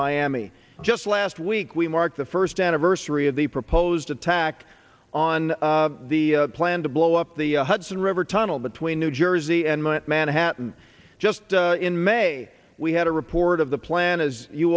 miami just last week we marked the first anniversary of the proposed attack on the plan to blow up the hudson river tunnel between new jersey and mount manhattan just in may we had a report of the plan as you